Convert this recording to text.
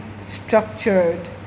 structured